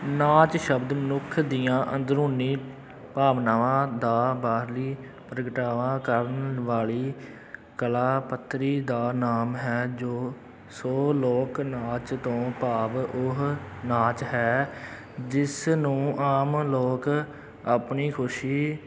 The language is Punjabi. ਨਾਚ ਸ਼ਬਦ ਮਨੁੱਖ ਦੀਆਂ ਅੰਦਰੂਨੀ ਭਾਵਨਾਵਾਂ ਦਾ ਬਾਹਰੀ ਪ੍ਰਗਟਾਵਾ ਕਰਨ ਵਾਲੀ ਕਲਾ ਪੱਤਰੀ ਦਾ ਨਾਮ ਹੈ ਜੋ ਸੋ ਲੋਕ ਨਾਚ ਤੋਂ ਭਾਵ ਉਹ ਨਾਚ ਹੈ ਜਿਸ ਨੂੰ ਆਮ ਲੋਕ ਆਪਣੀ ਖੁਸ਼ੀ